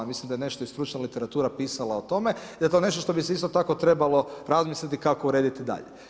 Mislim da je nešto i stručna literatura pisala o tome i da je to nešto što bi se isto tako trebalo razmisliti kako urediti dalje.